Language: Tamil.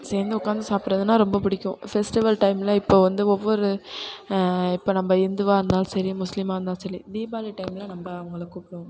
சேர்ந்து உட்காந்து சாப்பிட்றதுனா ரொம்ப பிடிக்கும் ஃபெஸ்டிவல் டைமில் இப்போது வந்து ஒவ்வொரு இப்போ நம்ம இந்துவாக இருந்தாலும் சரி முஸ்லீமாக இருந்தாலும் சரி தீபாவளி டைமில் நம்ம அவங்களை கூப்பிடுவோம்